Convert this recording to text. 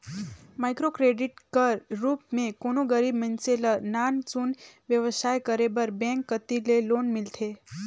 micro credit कर रूप में कोनो गरीब मइनसे ल नान सुन बेवसाय करे बर बेंक कती ले लोन मिलथे